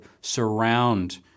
surround